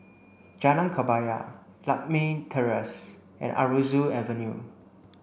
Jalan Kebaya Lakme Terrace and Aroozoo Avenue